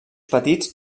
petits